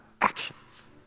actions